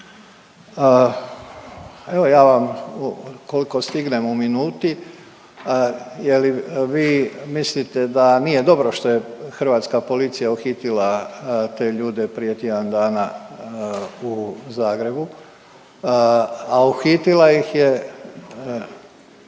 Evo ja vam koliko stignem u minuti, je li vi mislite da nije dobro što je hrvatska policija uhitila te ljude prije tjedan dana u Zagrebu? A uhitila ih